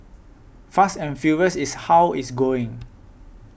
fast and furious is how it's going